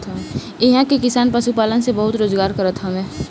इहां के किसान पशुपालन से बहुते रोजगार करत हवे